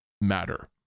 matter